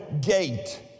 gate